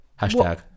Hashtag